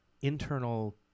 internal